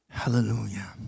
Hallelujah